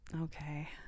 okay